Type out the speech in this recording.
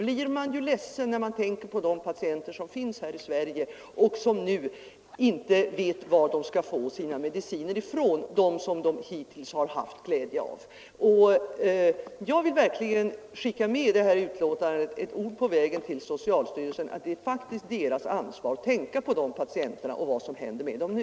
När man läser om det och tänker på de patienter som finns här i Sverige och nu inte vet var de skall få de mediciner från som de hittills haft glädje av blir man ledsen. Jag vill verkligen skicka med det här betänkandet ett ord på vägen till socialstyrelsen, nämligen att det faktiskt ligger i socialstyrelsens ansvar att tänka på de patienterna och vad som händer med dem nu.